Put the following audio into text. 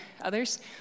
others